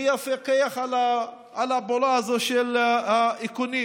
מי יפקח על הפעולה של האיכונים?